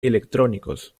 electrónicos